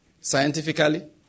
scientifically